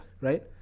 Right